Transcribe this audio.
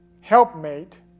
helpmate